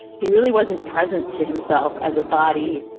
he really wasn't present to himself as a body,